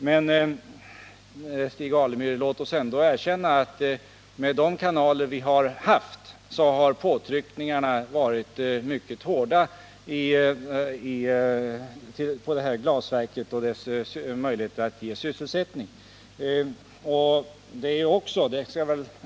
Men, Stig Alemyr, låt oss ändå erkänna att påtryckningarna — via de kanaler som vi har haft tillgång till — på detta glasverk har varit mycket hårda.